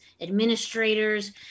administrators